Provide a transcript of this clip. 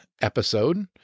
episode